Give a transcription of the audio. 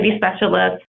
specialist